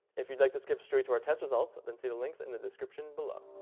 if you'd like to skip straight to our test results, then see the links in the description below.